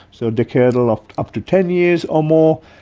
so decadal of up to ten years or more.